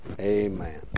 Amen